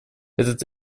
этот